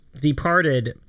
departed